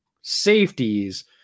safeties